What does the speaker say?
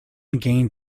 gained